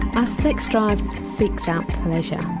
our sex drive seeks out pleasure,